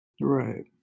Right